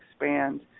expand